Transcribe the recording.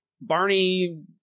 Barney